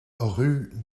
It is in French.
rue